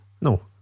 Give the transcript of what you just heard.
No